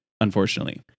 unfortunately